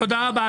תודה רבה.